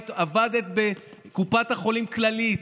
עבדת בקופת חולים כללית,